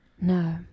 No